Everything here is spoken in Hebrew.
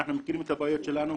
אנחנו מכירים את הבעיות שלנו.